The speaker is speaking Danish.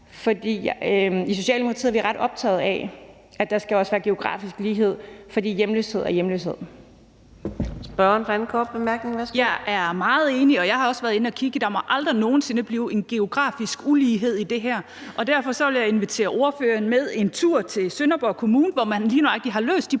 For i Socialdemokratiet er vi ret optaget af, at der også skal være geografisk lighed, for hjemløshed er hjemløshed.